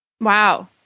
Wow